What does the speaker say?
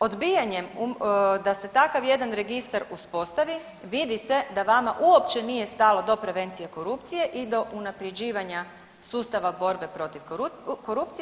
Odbijanjem da se takav jedan registar uspostavi vidi se da vama uopće nije stalo do prevencije korupcije i do unapređivanja sustava borbe protiv korupcije.